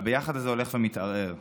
הביחד הזה הולך ומתערער.